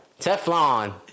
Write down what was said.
Teflon